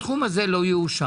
הסכום הזה לא יאושר.